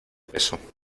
peso